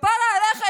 כפרה עליך,